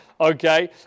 okay